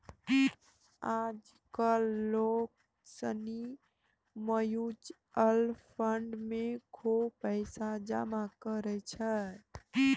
आज कल लोग सनी म्यूचुअल फंड मे खुब पैसा जमा करै छै